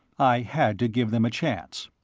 i had to give them a chance.